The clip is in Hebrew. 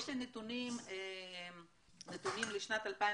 יש לי נתונים לשנת 2015,